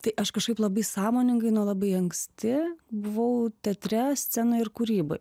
tai aš kažkaip labai sąmoningai nuo labai anksti buvau teatre scenoj ir kūryboj